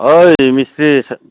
ओइ मिस्थ्रि